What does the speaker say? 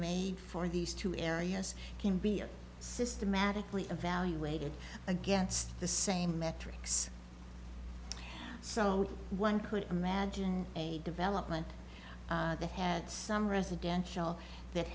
made for these two areas can be systematically evaluated against the same metrics so one could imagine a development that had some residential that